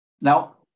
Now